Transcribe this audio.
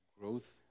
growth